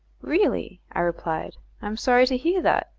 really, i replied. i am sorry to hear that.